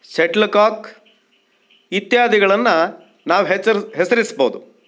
settle cock ಇತ್ಯಾದಿಗಳನ್ನು ನಾವು ಹೆಸರ್ಸ ಹೆಸರಿಸ್ಬೋದು